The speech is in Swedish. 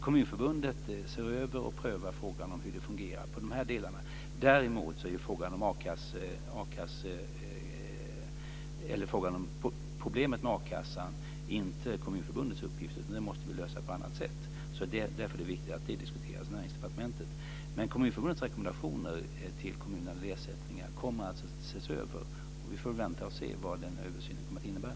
Kommunförbundet ser över och prövar frågan om hur det fungerar i de delarna. Däremot är problemet med akassan inte Kommunförbundets uppgift. Det måste vi lösa på annat sätt. Det är därför det är viktigt att det diskuteras i Näringsdepartementet. Kommunförbundets rekommendationer till kommunerna när det gäller ersättningar kommer att ses över. Vi får vänta och se vad den översynen kommer att innebära.